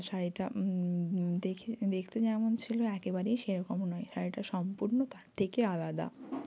শাড়িটা দেখে দেখতে যেমন ছিলো একেবারেই সেরকম নয় শাড়িটা সম্পূর্ণ তার থেকে আলাদা